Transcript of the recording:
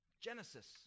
Genesis